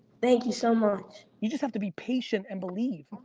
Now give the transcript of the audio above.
thank you so much. you just have to be patient and believe.